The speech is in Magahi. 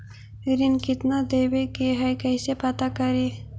ऋण कितना देवे के है कैसे पता करी?